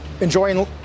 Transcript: Enjoying